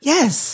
Yes